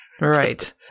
Right